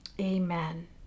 Amen